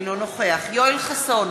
אינו נוכח יואל חסון,